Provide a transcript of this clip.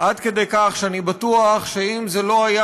עד כדי כך שאני בטוח שאם הוא לא היה